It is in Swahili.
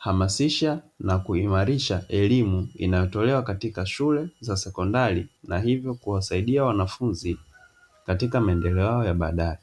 kuhamasisha na kuimarisha elimu inayotolewa katika shule za sekondari, na hivyo kuwasaidia wanafunzi katika maendeleo yao ya baadae.